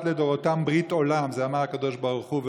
לדֹרֹתם ברית עולם" זה אמר הקדוש ברוך הוא,